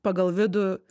pagal vidų